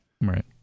right